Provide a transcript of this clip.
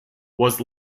was